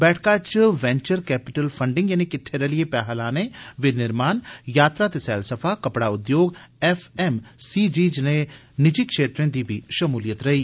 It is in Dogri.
बैठका च वैचंर कैपिटल फंडिग यानि किट्ठे रलियै कम्म करने विनिर्माण यात्रा ते सैलसफा कपड़ा उद्योग एफएमसीजी जनेए निजी क्षेत्रें दी बी शमूलियत रेही